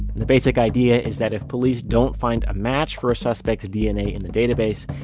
the basic idea is that if police don't find a match for a suspect's dna in the database,